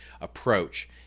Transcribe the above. approach